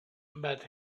but